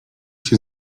się